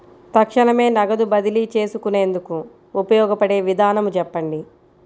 తక్షణమే నగదు బదిలీ చేసుకునేందుకు ఉపయోగపడే విధానము చెప్పండి?